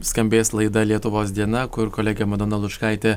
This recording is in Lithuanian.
skambės laida lietuvos diena kur kolegė madona lučkaitė